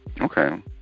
okay